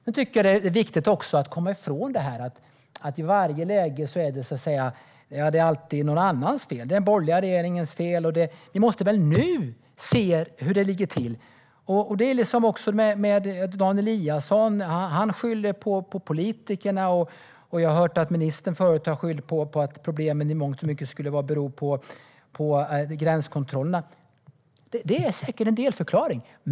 Det är också viktigt att komma ifrån att det alltid ska vara någon annans fel, att det är den borgerliga regeringens fel. Vi måste se hur det ligger till nu. Det är likadant med Dan Eliasson. Han skyller på politikerna. Och jag har hört att ministern förut har skyllt på att problemen i mångt och mycket skulle bero på gränskontrollerna. Det är säkert en delförklaring.